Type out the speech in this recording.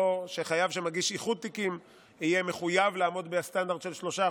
שחייב שמגיש איחוד תיקים יהיה מחויב לעמוד בסטנדרט של 3%,